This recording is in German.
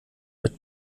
mit